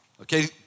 Okay